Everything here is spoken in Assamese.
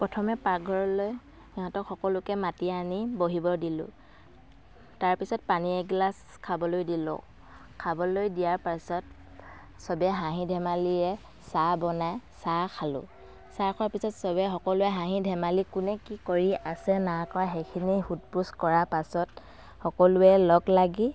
প্ৰথমে পাকঘৰলৈ সিঁহতক সকলোকে মাতি আনি বহিব দিলোঁ তাৰ পিছত পানী এগিলাচ খাবলৈ দিলোঁ খাবলৈ দিয়াৰ পাছত চবেই হাঁহি ধেমালিৰে চাহ বনাই চাহ খালোঁ চাহ খোৱাৰ পাছত চবেই সকলোৱে হাঁহি ধেমালি কোনে কি কৰি আছে নাই কৰা সেইখিনি সোধ পোছ কৰাৰ পাছত সকলোৱে লগ লাগি